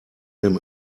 dem